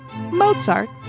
Mozart